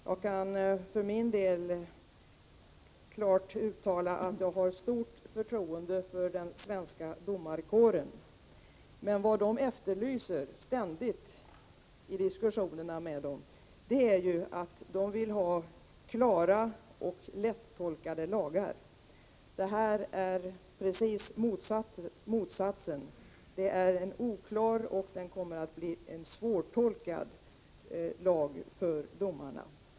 Jag kan för min del klart uttala att jag har stort förtroende för den svenska domarkåren. Men vad domarna ständigt efterlyser i de diskussioner som förs med dem är ju klara och lättolkade lagar. Det här är precis motsatsen. Det är en oklar lag, och den kommer att bli svårtolkad för domarna.